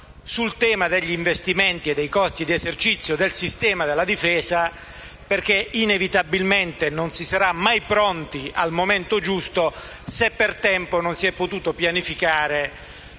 sul tema degli investimenti e dei costi d'esercizio del sistema della difesa. Inevitabilmente, infatti, non si sarà mai pronti al momento giusto se per tempo non si sarà potuto pianificare